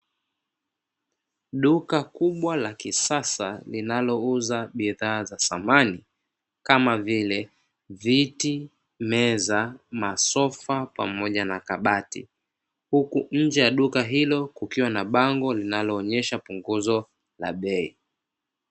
Duka kubwa la kisasa linalouza bidhaa za samani, kama vile; viti, meza, masofa pamoja na kabati. Huku nje ya duka hilo kukiwa na bango linaloonyesha punguzo la bei.